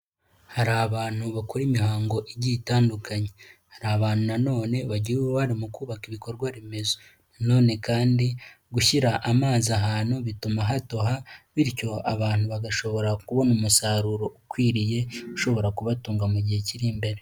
Hari abantu bakora imihango igiye itandukanye, hari abantu nanone bagira uruhare mu kubaka ibikorwa remezo, nanone kandi gushyira amazi ahantu bituma hatoha bityo abantu bagashobora kubona umusaruro ukwiriye ushobora kubatunga mu gihe kiri imbere.